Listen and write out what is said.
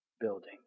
building